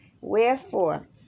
Wherefore